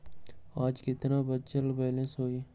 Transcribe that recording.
आज केतना बचल बैलेंस हई?